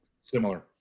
similar